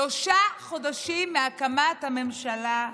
שלושה חודשים מהקמת הממשלה,